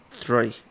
three